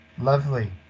Lovely